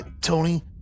Tony